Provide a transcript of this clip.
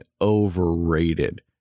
overrated